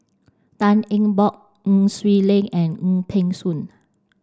Tan Eng Bock Nai Swee Leng and Wong Peng Soon